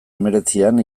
hemeretzian